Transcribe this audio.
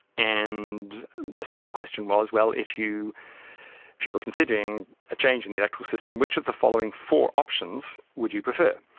and the second question was, well, if you if you were considering a change in the electoral system, which of the following four options would you prefer?